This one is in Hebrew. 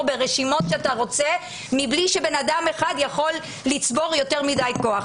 ברשימות שאתה רוצה מבלי שבן-אדם אחד יכול לצבור יותר מדי כוח.